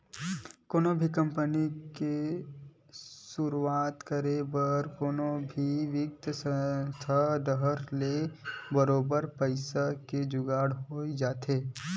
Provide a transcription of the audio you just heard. कोनो भी कंपनी के सुरुवात करे बर कोनो न कोनो बित्तीय संस्था डाहर ले बरोबर पइसा के जुगाड़ होई जाथे